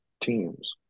teams